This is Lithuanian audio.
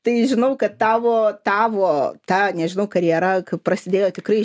tai žinau kad tavo tavo ta nežinau karjera prasidėjo tikrai